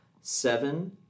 seven